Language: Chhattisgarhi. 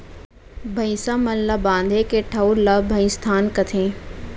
भईंसा मन ल बांधे के ठउर ल भइंसथान कथें